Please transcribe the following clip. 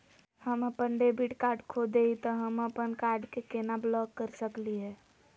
हम अपन debit card खो दे ही, त हम अप्पन कार्ड के केना ब्लॉक कर सकली हे?